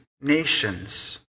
nations